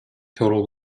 total